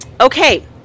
okay